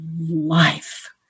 life